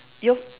you